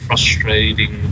Frustrating